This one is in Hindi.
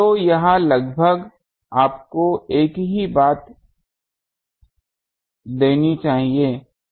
तो यह लगभग आपको एक ही बात देनी चाहिए